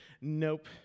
Nope